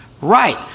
right